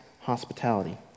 hospitality